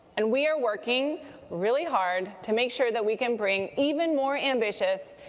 and we are working really hard to make sure that we can bring even more ambitious,